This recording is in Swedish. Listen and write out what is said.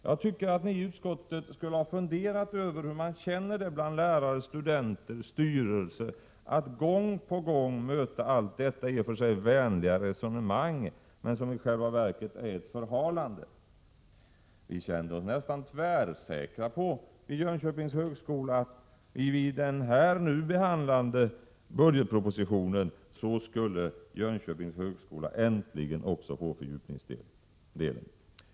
Jag tycker att ni i utskottet skulle ha funderat över hur man känner det bland lärare, studenter och styrelse att gång på gång möta allt detta i och för regionalpolitisk obalans är uppenbart för oss alla, och det understryker vi av BORSKOeRb ning, och till också här i kammaren. Vi känner väl till att några få regioner dras med sig vänliga resonemang som i själva verket är ett förhalande. Vi kände oss vid Jönköpings högskola nästan tvärsäkra på att vi i den nu behandlade budgetpropositionen äntligen skulle få också fördjupningsdelen.